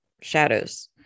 shadows